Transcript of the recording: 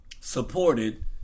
supported